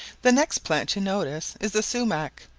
the next plant you notice is the sumach,